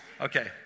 Okay